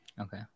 Okay